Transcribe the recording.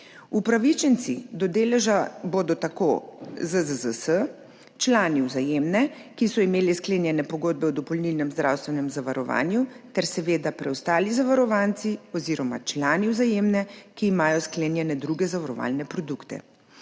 Upravičenci do deleža bodo tako ZZZS, člani Vzajemne, ki so imeli sklenjene pogodbe o dopolnilnem zdravstvenem zavarovanju, ter seveda preostali zavarovanci oziroma člani Vzajemne, ki imajo sklenjene druge zavarovalne produkte.